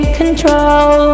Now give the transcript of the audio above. control